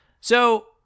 So-